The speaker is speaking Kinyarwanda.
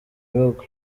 bihugu